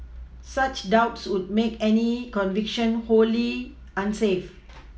such doubts would make any conviction wholly unsafe